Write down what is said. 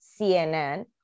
CNN